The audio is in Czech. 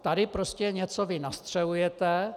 Tady prostě vy něco nastřelujete.